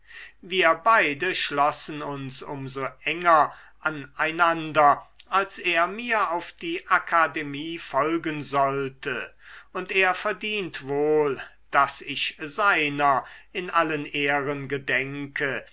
wir beide schlossen uns um so enger an einander als er mir auf die akademie folgen sollte und er verdient wohl daß ich seiner in allen ehren gedenke